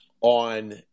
on